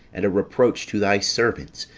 and a reproach to thy servants,